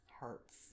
hurts